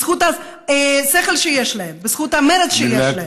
בזכות השכל שיש להם, בזכות המרץ שיש להם.